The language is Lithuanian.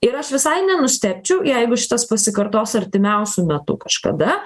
ir aš visai nenustebčiau jeigu šitas pasikartos artimiausiu metu kažkada